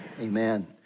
Amen